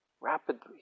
Rapidly